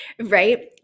right